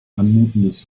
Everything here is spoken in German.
anmutendes